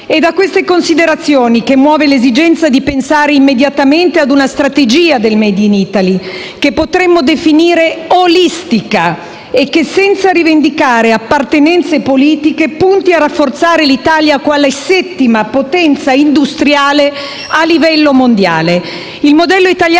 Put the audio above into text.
È da queste considerazioni che muove l'esigenza di pensare immediatamente ad una strategia per il *made in Italy*, che potremmo definire olistica e che, senza rivendicare appartenenze politiche, punti a rafforzare l'Italia, quale settima potenza industriale a livello mondiale. Il modello italiano